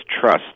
trust